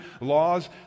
laws